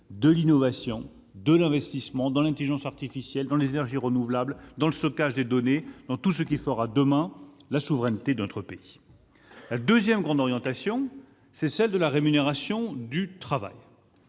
l'innovation et l'investissement dans l'intelligence artificielle, dans les énergies renouvelables, dans le stockage des données, dans tout ce qui fera, demain, la souveraineté de notre pays. Notre deuxième grande orientation est celle de la rémunération du travail.